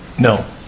No